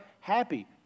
happy